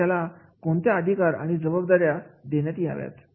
मग त्याला कोणत्या अधिकार आणि जबाबदाऱ्या देण्यात याव्यात